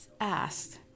asked